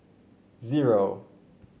zero